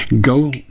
Go